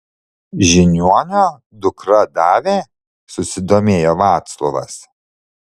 žiniuonio dukra davė susidomėjo vaclovas